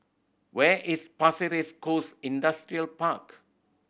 where is Pasir Ris Coast Industrial Park